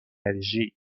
انرژی